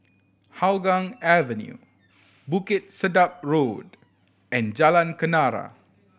Hougang Avenue Bukit Sedap Road and Jalan Kenarah